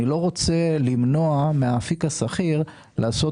אני לא רוצה למנוע מהאפיק הסחיר לעשות